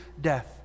death